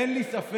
אין לי ספק